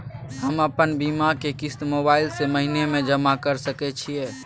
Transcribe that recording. हम अपन बीमा के किस्त मोबाईल से महीने में जमा कर सके छिए?